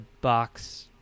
box